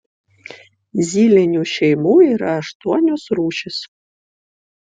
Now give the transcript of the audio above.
zylinių šeimų yra aštuonios rūšys